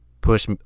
push